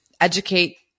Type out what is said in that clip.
educate